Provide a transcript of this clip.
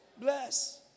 Bless